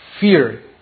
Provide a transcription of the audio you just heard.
fear